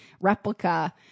replica